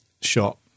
shot